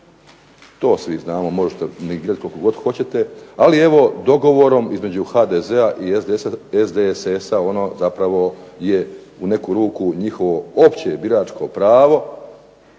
to svi znamo, možete …/Ne razumije se./… koliko god hoćete, ali evo dogovorom između HDZ-a i SDSS-a ono zapravo je u neku ruku njihovo opće biračko pravo